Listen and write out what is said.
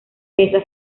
pieza